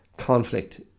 conflict